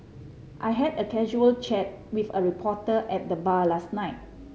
I had a casual chat with a reporter at the bar last night